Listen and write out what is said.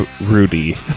Rudy